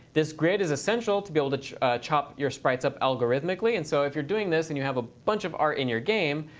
this grid is essential to be able to chop your sprites up algorithmically. and so if you're doing this and you have a bunch of are in your game,